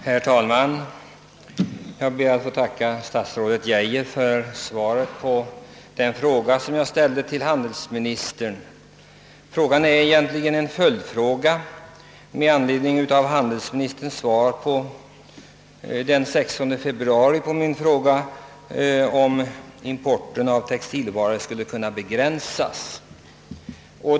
Herr talman! Jag ber att få tacka statsrådet Geijer för svaret på den fråga som jag ställde till handelsministern. Det var egentligen en följdfråga med anledning av handelsministerns svar den 16 februari på min fråga, om importen av textilvaror skulle kunna begränsas.